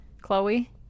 Chloe